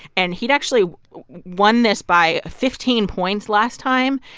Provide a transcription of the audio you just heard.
and he'd actually won this by fifteen points last time.